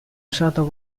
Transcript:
usato